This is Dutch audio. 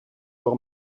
door